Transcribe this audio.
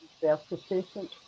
self-sufficient